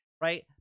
right